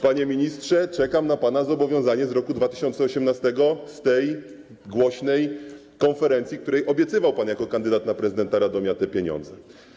Panie ministrze, czekam na pana zobowiązanie z roku 2018, z tej głośnej konferencji, na której obiecywał pan, jako kandydat na prezydenta Radomia, te pieniądze.